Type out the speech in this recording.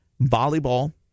volleyball